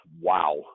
wow